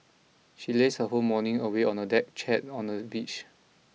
she lazed her whole morning away on a deck chair on the beach